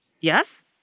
Yes